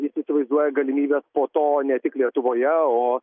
jis įsivaizduoja galimybę po to ne tik lietuvoje o